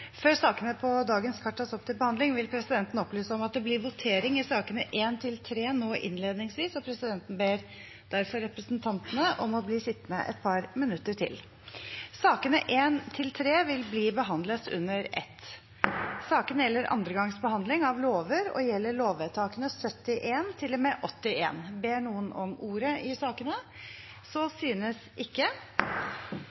vil presidenten opplyse om at det blir votering i sakene nr. 1–3 nå innledningsvis. Presidenten ber derfor representantene om å bli sittende et par minutter til. Sakene nr. 1–3 vil bli behandlet under ett. Sakene gjelder andre gangs behandling av lover og gjelder lovvedtakene 79 til og med 81. Ingen har bedt om ordet. Sakene